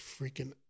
freaking